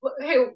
Hey